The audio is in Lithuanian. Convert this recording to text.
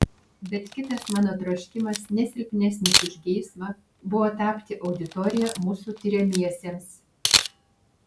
bet kitas mano troškimas ne silpnesnis už geismą buvo tapti auditorija mūsų tiriamiesiems